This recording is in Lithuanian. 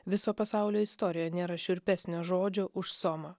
viso pasaulio istorijoje nėra šiurpesnio žodžio už somą